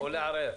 או לערער.